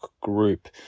group